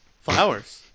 Flowers